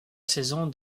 saison